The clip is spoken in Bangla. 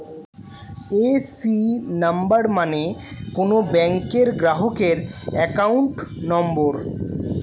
এ.সি নাম্বার মানে কোন ব্যাংকের গ্রাহকের অ্যাকাউন্ট নম্বর